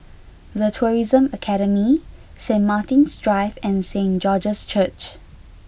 The Tourism Academy Saint Martin's Drive and Saint George's Church